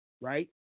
right